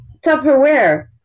Tupperware